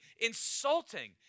insulting